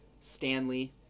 Stanley